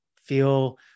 feel